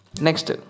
Next